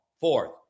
Fourth